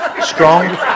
strong